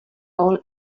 all